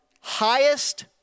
highest